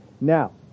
Now